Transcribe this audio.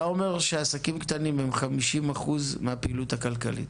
אתה אומר שעסקים קטנים מהווים 50% מהפעילות הכלכלית.